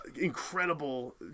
incredible